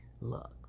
Look